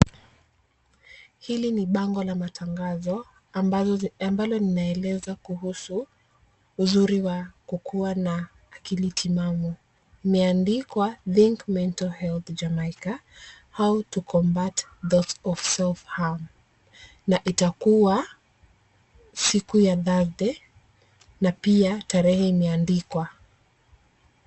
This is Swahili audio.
Hili ni bango la matangazo ambazo, ambalo linaeleza kuhusu uzuri wa kukuwa na akili timamu. Imeandikwa think mental health Jamaica how to combat thoughts of self-harm na itakuwa siku ya Thursday na pia tarehe imeandikwa.